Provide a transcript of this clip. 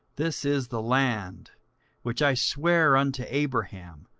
this is the land which i sware unto abraham,